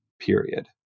period